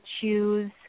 choose